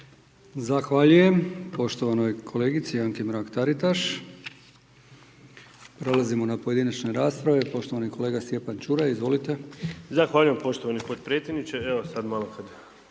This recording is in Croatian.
Zahvaljujem poštovanoj kolegici Anki Mrak Taritaš. Prelazimo na pojedinačne rasprave. Poštovani kolega Stjepan Čuraj. Izvolite. **Čuraj, Stjepan (HNS)** Zahvaljujem poštovani potpredsjedniče. Evo sad malo kada